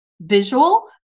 visual